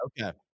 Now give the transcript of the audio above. Okay